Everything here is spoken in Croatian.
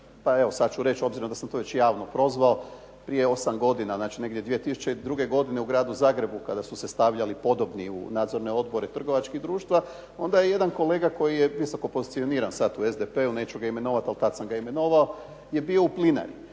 pa evo sad ću reći obzirom da sam tu već javno prozvao, prije 8 godina, znači negdje 2002. godine u Gradu Zagrebu kada su se stavljali podobni u nadzorne odbore trgovačkih društva onda je jedan kolega koji je visokopozicioniran sad u SDP-u, neću ga imenovati, ali tad sam ga imenovao, je bio u "Plinari".